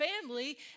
family